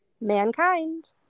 Mankind